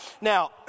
Now